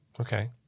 Okay